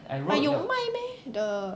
but 有卖 meh the